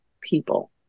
people